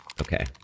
Okay